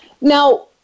Now